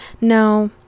No